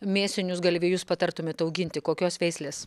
mėsinius galvijus patartumėt auginti kokios veislės